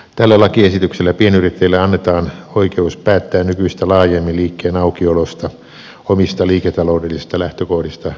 tällä lakiesityksellä pienyrittäjille annetaan oikeus päättää nykyistä laajemmin liikkeen aukiolosta omista liiketaloudellisista lähtökohdista käsin